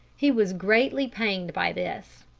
he was greatly pained by this.